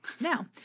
now